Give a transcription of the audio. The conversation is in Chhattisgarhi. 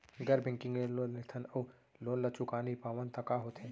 गैर बैंकिंग ले लोन लेथन अऊ लोन ल चुका नहीं पावन त का होथे?